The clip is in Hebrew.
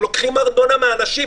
הם לוקחים ארנונה מהאנשים.